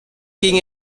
ging